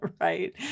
right